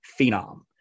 phenom